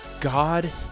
God